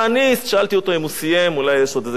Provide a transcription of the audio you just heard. אולי יש עוד איזה כמה קללות שיש לו בארסנל,